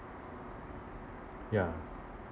ya